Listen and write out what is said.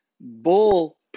bull